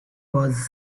was